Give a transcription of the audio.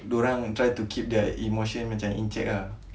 diorang try to keep their emotion macam in check ah